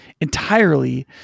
entirely